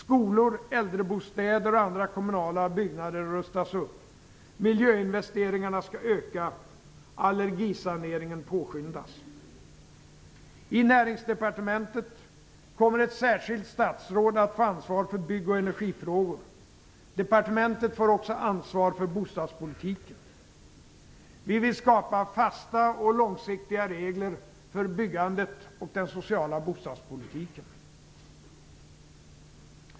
Skolor, äldrebostäder och andra kommunala byggnader rustas upp. Miljöinvesteringarna skall öka. Allergisaneringen påskyndas. I Näringsdepartementet kommer ett särskilt statsråd att få ansvar för bygg och energifrågor. Departementet får också ansvar för bostadspolitiken. Vi vill skapa fasta och långsiktiga regler för byggandet och den sociala bostadspolitiken.